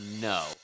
No